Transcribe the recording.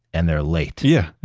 and they're late? yeah,